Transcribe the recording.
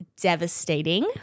devastating